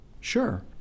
Sure